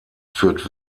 führt